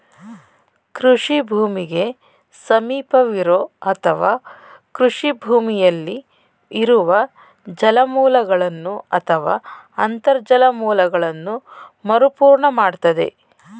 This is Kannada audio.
ಕೃಷಿ ಭೂಮಿಗೆ ಸಮೀಪವಿರೋ ಅಥವಾ ಕೃಷಿ ಭೂಮಿಯಲ್ಲಿ ಇರುವ ಜಲಮೂಲಗಳನ್ನು ಅಥವಾ ಅಂತರ್ಜಲ ಮೂಲಗಳನ್ನ ಮರುಪೂರ್ಣ ಮಾಡ್ತದೆ